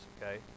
okay